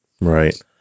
Right